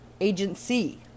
Agency